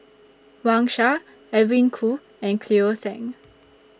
Wang Sha Edwin Koo and Cleo Thang